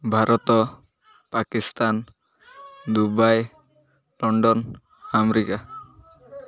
Bharat Pakistan Dubai London America